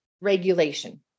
regulation